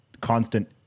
constant